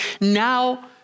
now